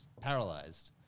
paralyzed